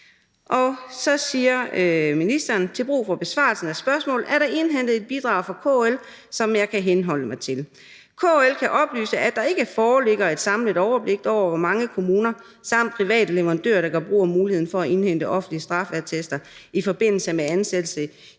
Så siger ministeren: »Til brug for besvarelsen af spørgsmålet, er der indhentet et bidrag fra KL, som jeg kan henholde mig til. »KL kan oplyse, at der ikke foreligger et samlet overblik over hvor mange kommuner samt private leverandører, der gør brug af muligheden for at indhente offentlige straffeattester i forbindelse med ansættelser